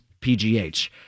PGH